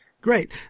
great